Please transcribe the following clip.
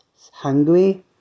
hungry